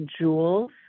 jewels